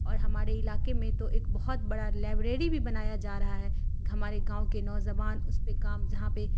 اور ہمارے علاقے میں تو ایک بہت بڑا لائبریری بھی بنایا جا رہا ہے ہمارے گاؤں کے نوجوان اس پہ کام جہاں پہ